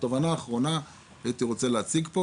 התובנה האחרונה שהייתי רוצה להציג פה